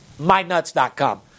MyNuts.com